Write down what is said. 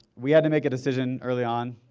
we had to make a decision early on,